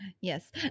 yes